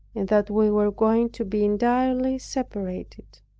and that we were going to be entirely separated.